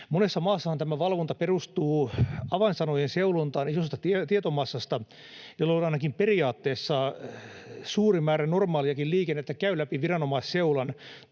Monessa maassahan tämä valvonta perustuu avainsanojen seulontaan isosta tietomassasta, jolloin ainakin periaatteessa suuri määrä normaaliakin liikennettä käy läpi viranomaisseulan,